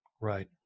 Right